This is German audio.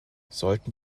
sollten